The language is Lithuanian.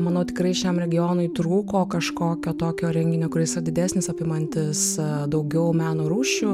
manau tikrai šiam regionui trūko kažkokio tokio renginio kuris yra didesnis apimantis daugiau meno rūšių